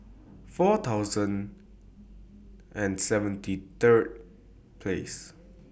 four thousand and seventy Third Place